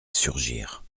surgir